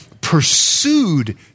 pursued